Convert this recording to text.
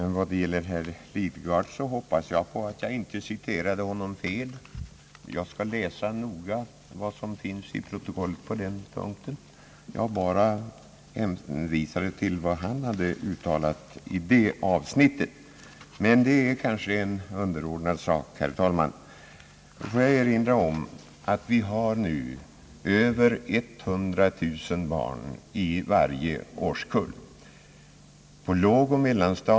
Herr talman! Jag hoppas att jag inte citerade herr Lidgard fel. Jag skall nog grant läsa vad som kommer att stå i protokollet på den punkten. Jag hänvisade bara till vad han hade uttalat i det avsnittet. Men det är under alla förhållanden en underordnad sak, herr talman. Får jag erinra om att vi nu har över 100 000 barn i varje årskull.